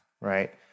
right